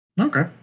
Okay